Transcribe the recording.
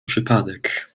przypadek